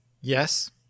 Yes